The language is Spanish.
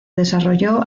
desarrolló